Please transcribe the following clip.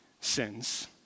sins